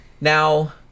Now